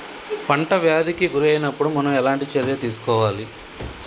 పంట వ్యాధి కి గురి అయినపుడు మనం ఎలాంటి చర్య తీసుకోవాలి?